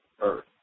earth